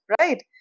right